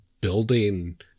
building